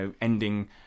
ending